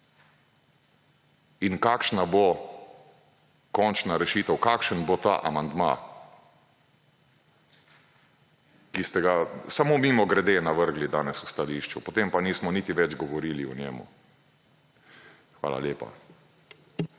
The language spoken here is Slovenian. in kakšna bo končna rešitev, kakšen bo ta amandma, ki ste ga, samo mimogrede navrgli danes v stališču, potem pa nismo niti več govorili o njemu. Hvala lepa.